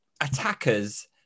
attackers